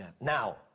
now